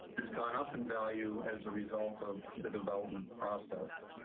has gone up in value as a result of the development process.